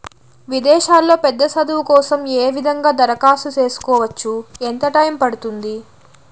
విదేశాల్లో పెద్ద చదువు కోసం ఏ విధంగా దరఖాస్తు సేసుకోవచ్చు? ఎంత టైము పడుతుంది?